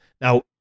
Now